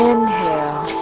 Inhale